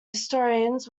historians